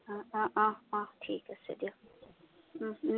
অঁ অঁ অঁ অঁ ঠিক আছে দিয়ক